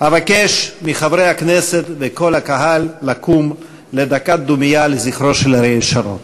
אבקש מחברי הכנסת ומכל הקהל לקום לדקת דומייה לזכרו של אריאל שרון.